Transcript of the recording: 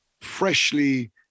freshly